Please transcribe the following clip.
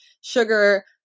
sugar